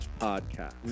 podcast